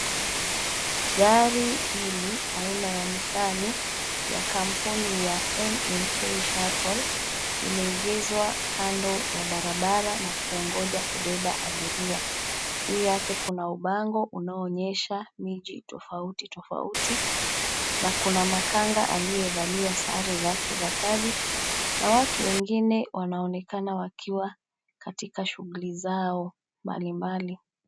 Gari hili aina ya nisani, ya kampuni ya NNK Shuttle, imeegezwa kando ya barabara na kuongoja kubeba abiria. Juu yake kuna ubango unaoonyesha miji tofauti tofauti, na kuna makanga aliyevalia sare zake za kazi na watu wengine waonekana wakiwa, katika shughuli zao, mbalimbali.